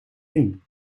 ding